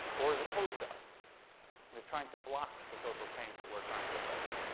or is opposed to us and is trying to block the social change that we're trying to affect